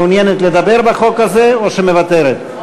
מעוניינת לדבר בחוק הזה או שמוותרת?